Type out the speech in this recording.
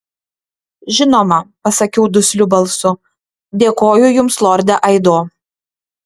žinoma pasakiau dusliu balsu dėkoju jums lorde aido